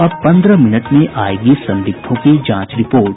अब पन्द्रह मिनट में आयेगी संदिग्धों की जांच रिपोर्ट